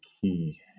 key